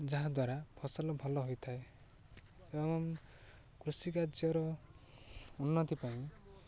ଯାହାଦ୍ୱାରା ଫସଲ ଭଲ ହୋଇଥାଏ ଏବଂ କୃଷି କାର୍ଯ୍ୟର ଉନ୍ନତି ପାଇଁ